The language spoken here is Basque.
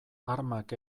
armak